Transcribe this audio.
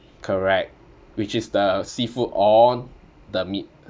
correct which is the seafood or the meat